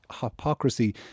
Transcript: hypocrisy